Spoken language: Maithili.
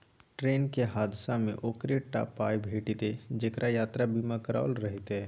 ट्रेनक हादसामे ओकरे टा पाय भेटितै जेकरा यात्रा बीमा कराओल रहितै